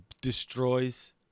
destroys